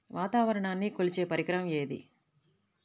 వాతావరణాన్ని కొలిచే పరికరం ఏది?